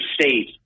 State